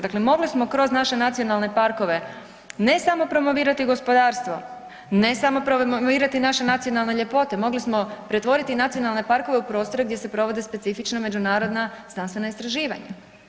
Dakle, mogli smo kroz naše nacionalne parkove ne samo promovirati gospodarstvo, ne samo promovirati naše nacionalne ljepote, mogli smo pretvoriti nacionalne parkove u prostore gdje se provode specifična međunarodna znanstvena istraživanja.